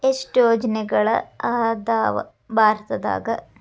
ಎಷ್ಟ್ ಯೋಜನೆಗಳ ಅದಾವ ಭಾರತದಾಗ?